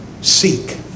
seek